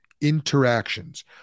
interactions